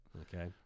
Okay